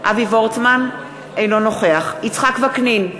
אינו נוכח יצחק וקנין,